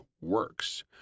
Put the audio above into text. works